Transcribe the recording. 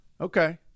Okay